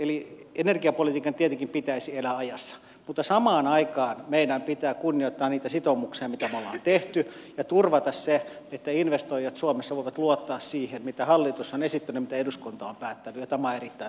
eli energiapolitiikan tietenkin pitäisi elää ajassa mutta samaan aikaan meidän pitää kunnioittaa niitä sitoumuksia mitä me olemme tehneet ja turvata se että investoijat suomessa voivat luottaa siihen mitä hallitus on esittänyt ja mitä eduskunta on päättänyt ja tämä on erittäin tärkeätä